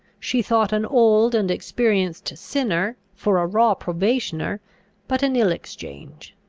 she thought an old and experienced sinner for a raw probationer but an ill exchange.